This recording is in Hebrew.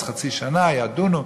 אז חצי שנה ידונו.